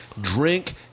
drink